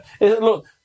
Look